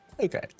Okay